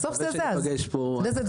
אני מקווה שעוד ניפגש פה --- היו כל מיני